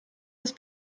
ist